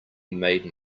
made